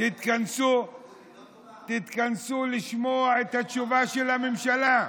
תתכנסו לשמוע את התשובה של הממשלה.